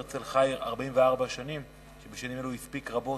הרצל חי 44 שנים, ובשנים האלה הוא הספיק רבות,